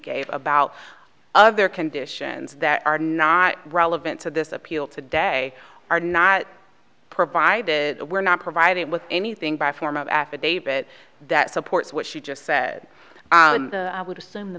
gave about other conditions that are not relevant to this appeal today are not provided we're not provided with anything by form of affidavit that supports what she just said i would assume the